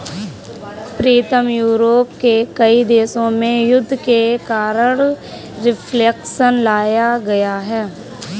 प्रीतम Europe के कई देशों में युद्ध के कारण रिफ्लेक्शन लाया गया है